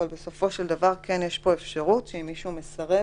אבל בסופו של דבר כן יש פה אפשרות שאם מישהו מסרב